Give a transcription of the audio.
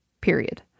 period